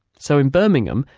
so in birmingham,